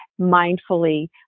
mindfully